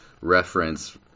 reference